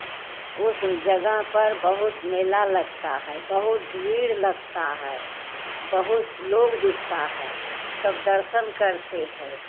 उस जगह पर बहुत मेला लगता है बहुत भीड़ लगता है बहुत लोग जुटता है सब दर्शन करते हैं